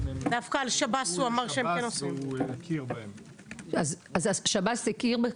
בכל מקרה, ברגע שסוהר נקלט